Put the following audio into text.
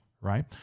right